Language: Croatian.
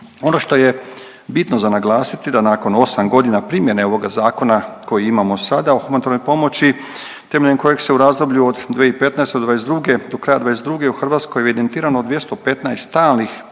Ono što je bitno za naglasiti da nakon 8.g. primjene ovoga zakona koji imamo sada o humanitarnoj pomoći, temeljem kojeg se u razdoblju od 2015. do '22., do kraja '22. u Hrvatskoj evidentirano 215 stalnih